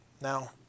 Now